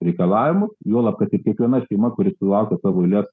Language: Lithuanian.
reikalavimus juolab kad kai kiekviena šeima kuri sulaukia savo eilės